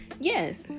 yes